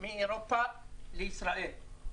מאירופה לישראל.